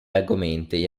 argomenti